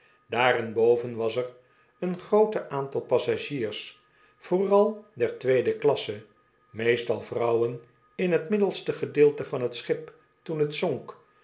daarenboven was er een groote aantal passagiers vooral der tweede klasse meestal vrouwen in t middelste gedeelte van t schip toen t zonk